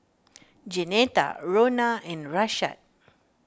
Jeanetta Rhona and Rashad